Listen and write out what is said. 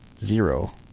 Zero